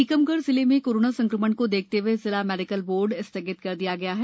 टीकमगढ जिले मे कोरोना संक्रमण को देखते हए जिला मेडिकल बोर्ड सथ्यगित कर दिया गया है